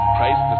Christ